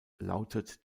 lautet